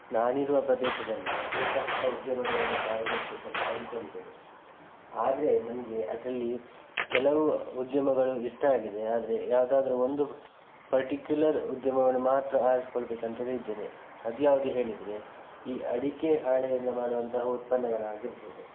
ನಾನಿರುವ ಪ್ರದೇಶದಲ್ಲಿ ಅನೇಕ ಹೊಸ ಉದ್ಯಮಗಳನ್ನು ಪ್ರಾರಂಭಿಸಬೇಕಂತ ಅಂದ್ಕೊಂಡಿದ್ದೇನೆ ಆದರೆ ನನಗೆ ಅದರಲ್ಲಿ ಕೆಲವು ಉದ್ಯಮಗಳು ಇಷ್ಟ ಆಗಿದೆ ಆದರೆ ಯಾವುದಾದ್ರೂ ಒಂದು ಪರ್ಟಿಕ್ಯುಲರ್ ಉದ್ಯಮವನ್ನು ಮಾತ್ರ ಆರಿಸಿಕೊಳ್ಳಬೇಕಂತೇಳಿ ಇದ್ದೇನೆ ಅದ್ಯಾವುದು ಹೇಳಿದರೆ ಈ ಅಡಿಕೆ ಹಾಳೆಯನ್ನು ಮಾಡುವಂತಹ ಉತ್ಪನ್ನಗಳಾಗಿರಬಹುದು